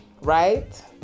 right